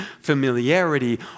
familiarity